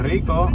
Rico